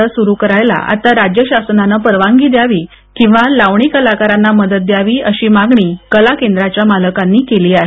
सांगितलं सुरु करायला आता राज्य शासनाने परवानगी द्यावी किंवा लावणी कलाकारांना मदत द्यावी अशी मागणी कला केंद्रांच्या मालकांनी केली आहे